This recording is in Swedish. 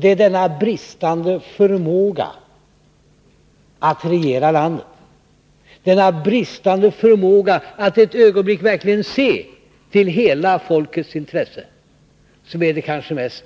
Det är denna bristande förmåga att regera landet, denna bristande förmåga att ett ögonblick verkligen se till hela folkets intresse, som är den kanske mest